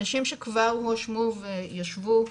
אנשים שכבר הואשמו וישבו בכלא.